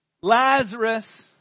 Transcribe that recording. Lazarus